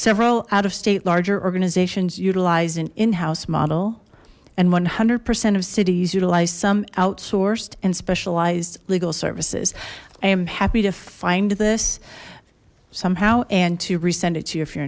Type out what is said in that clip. several out of state larger organizations utilize an in house model and one hundred percent of cities utilize some outsourced and specialized legal services i am happy to find this somehow and to resend it to you if you're